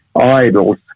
idols